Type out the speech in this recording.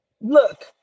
look